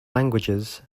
languages